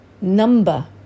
number